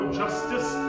justice